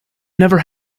never